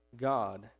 God